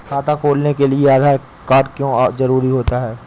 खाता खोलने के लिए आधार कार्ड क्यो जरूरी होता है?